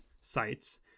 sites